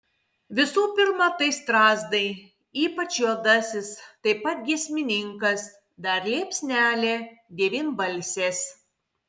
visų pirma tai strazdai ypač juodasis taip pat giesmininkas dar liepsnelė devynbalsės